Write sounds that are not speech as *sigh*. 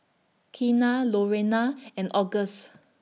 Keena Lurena *noise* and Auguste